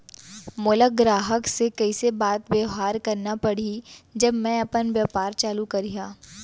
मोला ग्राहक से कइसे बात बेवहार करना पड़ही जब मैं अपन व्यापार चालू करिहा?